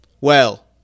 Well